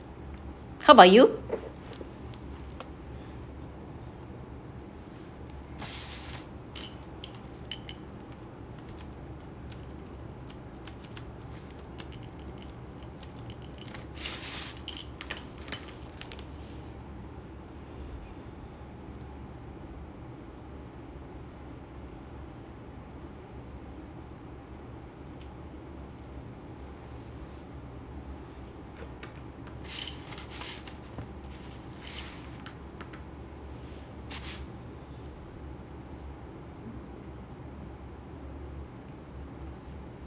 how about you